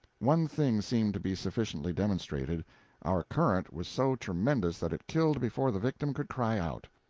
one thing seemed to be sufficiently demonstrated our current was so tremendous that it killed before the victim could cry out.